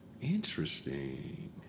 Interesting